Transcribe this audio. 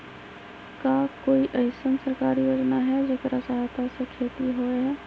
का कोई अईसन सरकारी योजना है जेकरा सहायता से खेती होय?